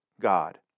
God